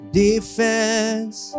defense